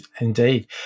indeed